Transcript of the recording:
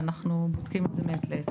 ואנחנו בודקים את זה מעת לעת.